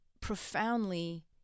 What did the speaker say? profoundly